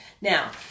Now